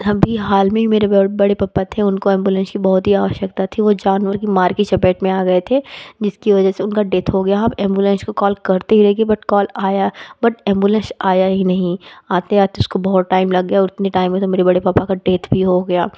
अभी हाल में ही मेरे बड़े पप्पा थे उनको एम्बुलेंस की बहुत ही आवश्कता थी वो जानवर की मार की चपेट में आ गए थे जिसकी वजह से उनका देथ हो गया हम एम्बुलेंस को कॉल करते ही रह गए बट कॉल आया बट एम्बुलेंस आई ही नहीं आते आते उसको बहुत टाइम लग गया उतने टाइम में तो मेरे बड़े पापा की देथ भी हो गई